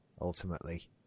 ultimately